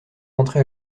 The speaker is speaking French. rentré